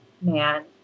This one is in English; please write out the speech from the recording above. man